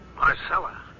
Marcella